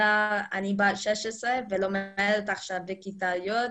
אני בת 16 ולומדת עכשיו בכיתה י'